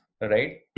right